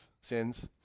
sins